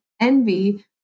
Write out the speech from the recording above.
envy